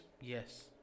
Yes